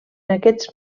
aquests